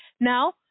now